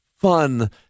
fun